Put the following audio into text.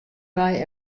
wei